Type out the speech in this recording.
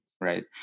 right